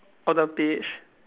on the page